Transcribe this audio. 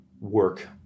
work